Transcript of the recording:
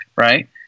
right